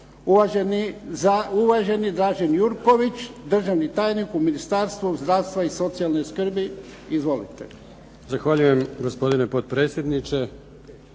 Uvaženi Dražen Jurković, državni tajnik u Ministarstvu zdravstva i socijalne skrbi. Izvolite. **Jurković, Dražen** Zahvaljujem gospodine potpredsjedniče,